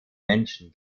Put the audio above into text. menschen